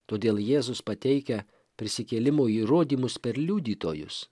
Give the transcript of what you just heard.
todėl jėzus pateikia prisikėlimo įrodymus per liudytojus